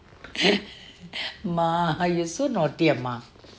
mah ஐயோ:aiyo so naughty அம்மா:amma